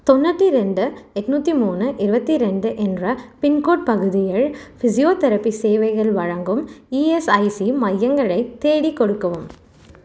தொண்ணூற்றி ரெண்டு எட்நூற்றி மூணு இருபத்தி ரெண்டு என்ற பின்கோட் பகுதியில் ஃபிசியோதெரபி சேவைகள் வழங்கும் இஎஸ்ஐசி மையங்களை தேடிக் கொடுக்கவும்